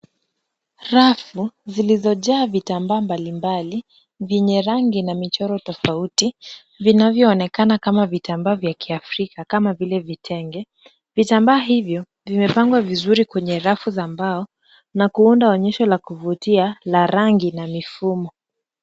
Rafu zilizojaa vitambaa mbalimbali, vyenye rangi na michoro tofauti vinavyoonekana kama vitambaa vya kiafrika kama vile vitenge. Vitambaa hivyo vimepangwa vizuri kwenye rafu za mbao na kuunda onyesho la kuvutia la rangi na mifumo.